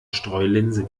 streulinse